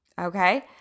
okay